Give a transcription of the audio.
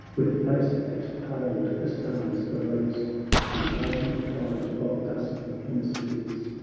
with face that paled the stars, arose the argent pride of dusky hemispheres,